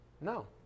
No